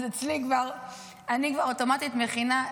אצלי אני כבר אוטומטית מכינה,